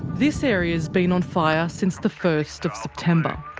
this area's been on fire since the first of september.